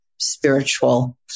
spiritual